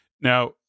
Now